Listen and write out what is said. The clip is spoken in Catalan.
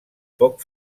poc